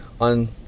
on